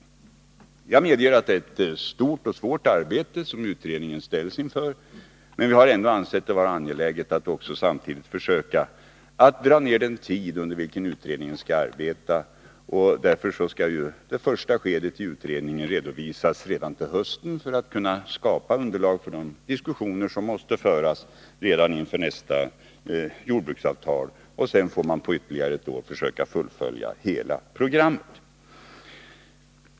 Jag medger att det är ett svårt och stort arbete som utredningen ställs inför. Vi har ändå ansett det vara angeläget att också samtidigt försöka att dra ner den tid under vilken utredningen skall arbeta. Därför skall det första skedet i utredningen redovisas redan till hösten för att man skall kunna skapa underlag för de diskussioner som måste föras redan inför nästa jordbruksavtal. Sedan får man på ytterligare ett år försöka fullfölja hela programmet.